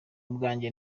bwanjye